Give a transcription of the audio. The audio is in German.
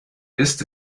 ist